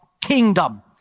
kingdom